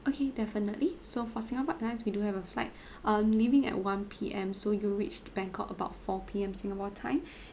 okay definitely so for singapore airlines we do have a flight um leaving at one P_M so you will reach to bangkok about four P_M singapore time